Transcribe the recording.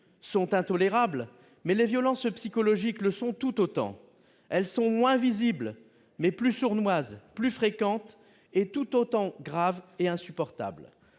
sont intolérables, mais les violences psychologiques le sont tout autant. Elles sont moins visibles, mais plus sournoises, plus fréquentes et tout aussi graves et insupportables.